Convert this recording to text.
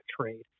trade